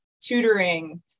tutoring